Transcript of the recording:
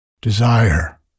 desire